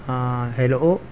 ہاں ہیلو